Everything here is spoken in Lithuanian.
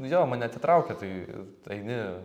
jo mane atitraukia tai tai eini